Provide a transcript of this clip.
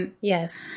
yes